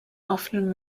often